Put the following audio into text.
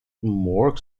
more